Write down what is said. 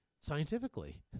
scientifically